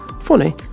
funny